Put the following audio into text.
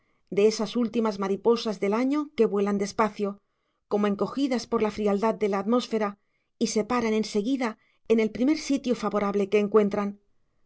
de esas últimas mariposas del año que vuelan despacio como encogidas por la frialdad de la atmósfera y se paran en seguida en el primer sitio favorable que encuentran